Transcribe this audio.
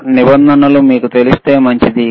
కానీ నిబంధనలు మీకు తెలిస్తే మంచిది